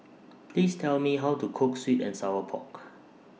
Please Tell Me How to Cook Sweet and Sour Pork